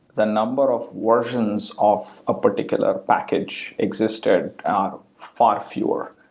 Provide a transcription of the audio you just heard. the number of version of a particular package existed far fewer.